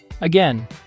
Again